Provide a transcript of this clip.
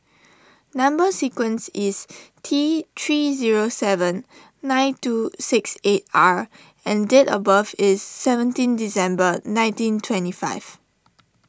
Number Sequence is T three zero seven nine two six eight R and date of birth is seventeen December nineteen twenty five